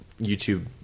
YouTube